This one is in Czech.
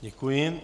Děkuji.